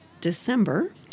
December